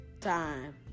time